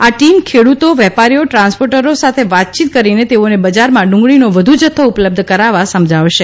જેઓ ખેડૂતો વેપારીઓ ટ્રાન્સપોર્ટરો સાથે વાતયીત કરીને તેઓને જારમાં ડુંગળીનો વધુ થ્થો ઉપલબ્ધ કરાવવા સમજાવશે